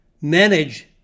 manage